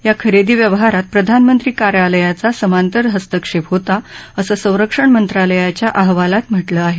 या खरेदी व्यवहारात प्रधानमंत्री कार्यालयाचा समांतर हस्तक्षेप होता असं संरक्षण मंत्रालयाच्या अहवालात म्हटलं आहे